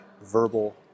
Verbal